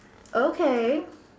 okay